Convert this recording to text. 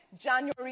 January